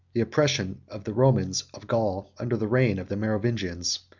the oppression of the romans of gaul under the reign of the merovingians.